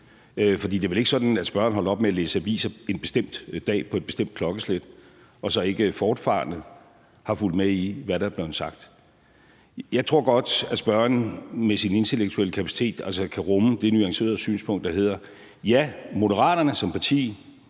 For det er vel ikke sådan, at spørgeren holdt op med at læse aviser en bestemt dag på et bestemt klokkeslæt og så ikke fortfarende har fulgt med i, hvad der er blevet sagt. Jeg tror godt, at spørgeren med sin intellektuelle kapacitet kan rumme det nuancerede synspunkt, der hedder: Ja, Moderaterne som parti,